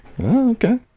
Okay